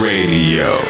Radio